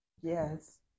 Yes